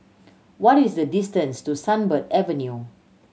what is the distance to Sunbird Avenue